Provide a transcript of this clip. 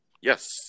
Yes